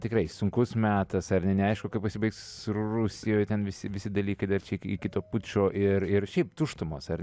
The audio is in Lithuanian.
tikrai sunkus metas ar ne neaišku kaip pasibaigs rusijoj ten visi visi dalykai dar čia iki kito pučo ir ir šiaip tuštumos ar ne